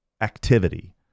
activity